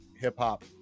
hip-hop